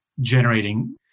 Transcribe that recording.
generating